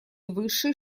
высшей